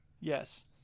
yes